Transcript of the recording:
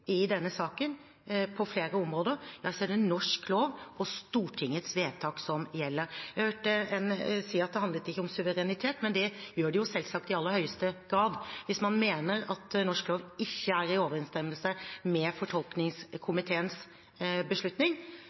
i denne saken på flere områder, er det norsk lov og Stortingets vedtak som gjelder. Jeg hørte en si at det ikke handlet om suverenitet, men det gjør det jo, selvsagt, i aller høyeste grad. Hvis man mener at norsk lov ikke er i overensstemmelse med fortolkningskomiteens beslutning